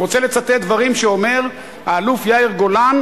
אני רוצה לצטט דברים שאומר האלוף יאיר גולן